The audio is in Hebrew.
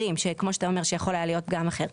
שכמו שאתה אומר יכול היה להיות פגם אחר.